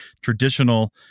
traditional